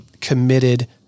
committed